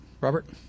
Robert